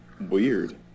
weird